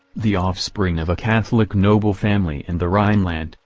the offspring of a catholic noble family in the rhineland,